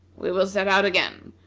we will set out again,